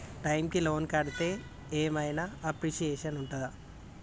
Time కి loan కడ్తే ఏం ఐనా అప్రిషియేషన్ ఉంటదా?